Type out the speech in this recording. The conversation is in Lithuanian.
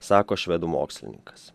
sako švedų mokslininkas